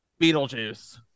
Beetlejuice